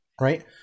Right